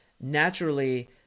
naturally